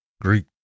Greek